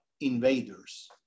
invaders